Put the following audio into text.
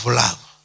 love